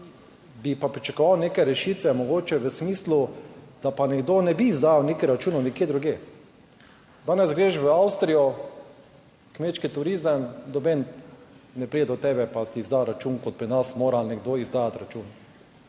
bi pa pričakoval neke rešitve mogoče v smislu, da pa nekdo ne bi izdal nekih računov nekje drugje. Danes greš v Avstrijo, kmečki turizem, noben ne pride do tebe pa ti izda račun, kot pri nas mora nekdo izdajati račun.